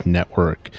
Network